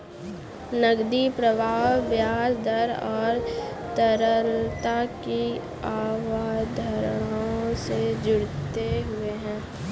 नकदी प्रवाह ब्याज दर और तरलता की अवधारणाओं से जुड़े हुए हैं